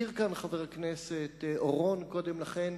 הזכיר כאן חבר הכנסת אורון קודם לכן,